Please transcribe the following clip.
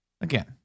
again